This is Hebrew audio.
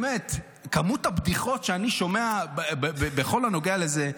באמת, כמות הבדיחות שאני שומע בכל הנוגע לזה.